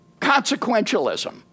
consequentialism